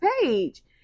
page